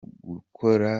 gukora